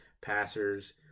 passers